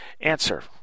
Answer